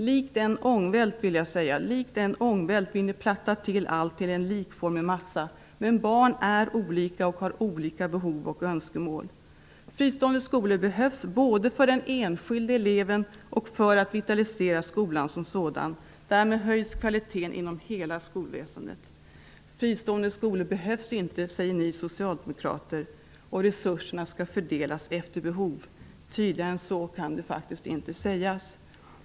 Likt en ångvält vill ni platta till allt till en likformig massa, men barn är olika och har olika behov och önskemål. Fristående skolor behövs både för den enskilde eleven och för att vitalisera skolan som sådan. Därmed höjs kvaliteten inom hela skolväsendet. Fristående skolor behövs inte, säger ni socialdemokrater, och resurserna skall fördelas efter behov. Tydligare än så kan det faktiskt inte sägas.